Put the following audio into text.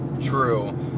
true